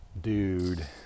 dude